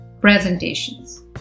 presentations